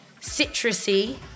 citrusy